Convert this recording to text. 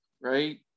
right